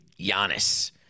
Giannis